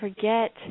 forget